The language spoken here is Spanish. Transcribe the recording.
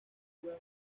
viva